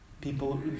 people